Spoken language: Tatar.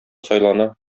сайлана